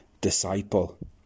disciple